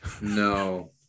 No